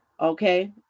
Okay